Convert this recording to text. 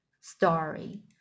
story